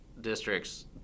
districts